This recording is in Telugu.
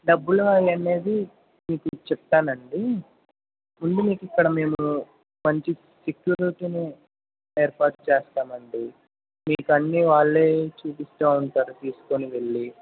డబ్బులు అనేది మీకు చెప్తానండీ ముందు మీకు ఇక్కడ మేము మంచి సెక్యూర్ అతను ఏర్పాటు చేస్తామండీ మీకు అన్నీ వాళ్ళే చూపిస్తూ ఉంటారు తీసుకుని వెళ్ళి